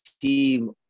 team